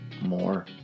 more